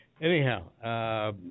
Anyhow